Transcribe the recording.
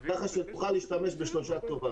כן, צריך לשנות.